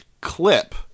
clip